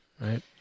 Right